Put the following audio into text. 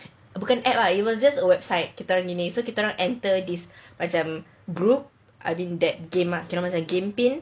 bukan application lah it was just a website kita orang ini so kita orang enter macam this group I'm in that kira macam game pin